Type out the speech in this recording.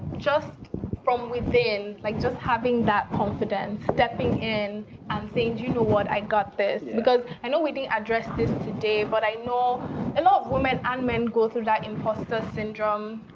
just from within, like just having that confidence, stepping in and saying, you know what? i got this because i know we didn't address this today, but i know a and lot of women and men go through that imposter syndrome